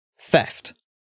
theft